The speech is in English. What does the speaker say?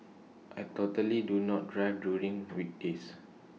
I totally do not drive during weekdays